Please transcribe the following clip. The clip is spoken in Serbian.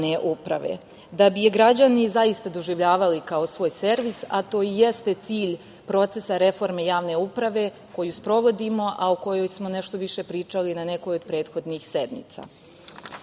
da bi je građani zaista doživljavali kao svoj servis, a to i jeste cilj procesa Reforme javne uprave koju sprovodimo, a o kojoj smo nešto više pričali na nekoj od prethodnih sednica. Pored